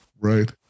Right